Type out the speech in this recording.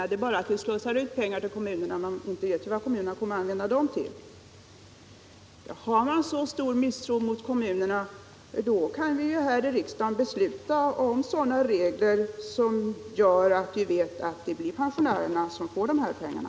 Det betyder bara, säger herr Bergman, att vi slussar ut pengar till kommunerna utan att veta vad de kommer att använda dem till. Har man så stor misstro mot kommunerna kan vi ju här i riksdagen besluta om sådana regler som garanterar att pensionärerna får de här pengarna.